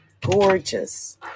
gorgeous